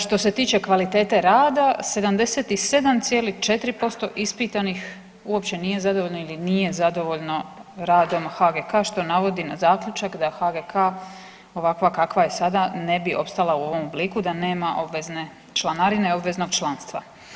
Što se tiče kvalitete rada, 77,4% ispitanih uopće nije zadovoljno ili nije zadovoljno radom HGK što navodi na zaključak da HGK ovakva kakva je sada ne bi opstala u ovom obliku da nema obvezne članarine, obveznog članstva.